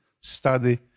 study